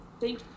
Thank